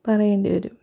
പറയേണ്ടിവരും